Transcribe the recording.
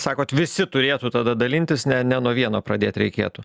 sakot visi turėtų tada dalintis ne ne nuo vieno pradėt reikėtų